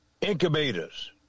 incubators